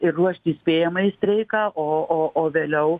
ir ruošt įspėjamąjį streiką o o o vėliau